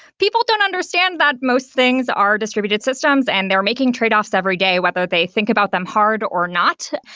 people don't understand that most things are distributed systems and they're making tradeoffs every day, whether they think about them hard or not.